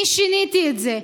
אני שיניתי את זה,